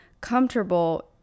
comfortable